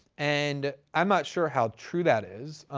and i'm not sure how true that is.